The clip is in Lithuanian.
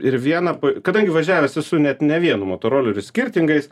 ir viena kadangi važiavęs esu net ne vienu motoroleriu skirtingais